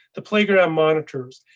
the playground monitors.